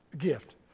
gift